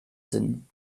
sinn